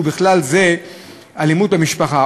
ובכלל זה אלימות במשפחה,